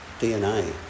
DNA